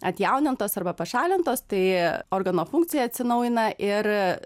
atjaunintos arba pašalintos tai organo funkcija atsinaujina ir